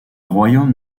royaume